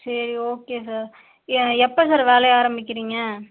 சரி okay sir எ எப்போ சார் வேலையை ஆரம்பிக்கிறீங்க